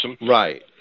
Right